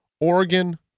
Oregon